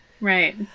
Right